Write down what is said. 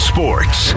Sports